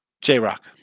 J-Rock